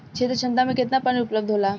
क्षेत्र क्षमता में केतना पानी उपलब्ध होला?